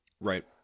right